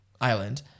Island